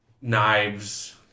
knives